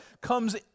comes